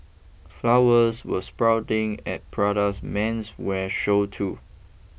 flowers were sprouting at Prada's menswear show too